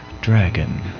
Dragon